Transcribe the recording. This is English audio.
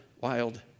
wild